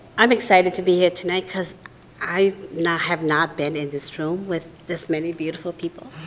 i'm excited to be here tonight cause i not have not been in this room with this many beautiful people.